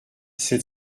sept